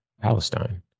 Palestine